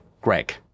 greg